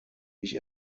ich